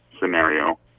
scenario